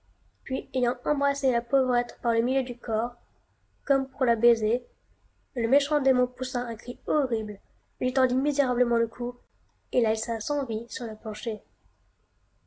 puis ayant embrassé la pauvrette par le milieu du corps comme pour la baiser le méchant démon poussa un cri horrible lui tordit misérablement le cou et la laissa sans vie sur le plancher